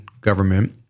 government